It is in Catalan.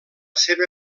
seva